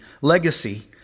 legacy